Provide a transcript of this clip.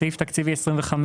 סעיף תקציבי 25,